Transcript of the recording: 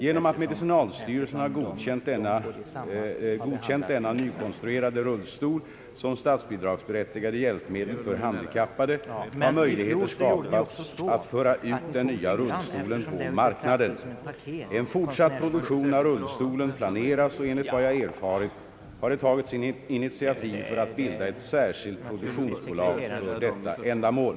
Genom att medicinalstyrelsen har godkänt denna nykonstruerade rullstol som statsbidragsberättigat hjälpmedel för handikappade har möjligheter skapats att föra ut den nya rullstolen på marknaden. En fortsatt produktion av rullstolen planeras, och enligt vad jag erfarit har det tagits initiativ för att bilda ett särskilt produktionsbolag för detta ändamål.